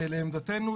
לעמדתנו,